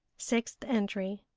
sixth entry